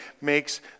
makes